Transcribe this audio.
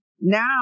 now